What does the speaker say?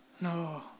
No